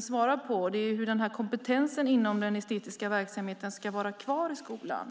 svarade på, nämligen hur kompetensen inom den estetiska verksamheten ska vara kvar i skolan.